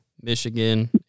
Michigan